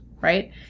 right